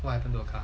what happen to car